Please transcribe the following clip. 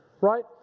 Right